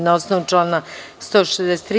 Na osnovu člana 163.